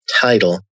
title